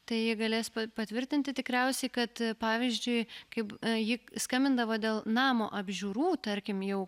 tai ji galės patvirtinti tikriausiai kad pavyzdžiui kaip ji skambindavo dėl namo apžiūrų tarkim jau